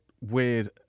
weird